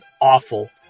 awful